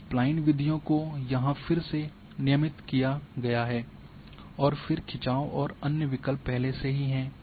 अब स्प्लाइन विधियों को यहाँ फिर से नियमित किया गया है और फिर खिंचाव और अन्य विकल्प पहले से ही हैं